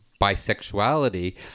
bisexuality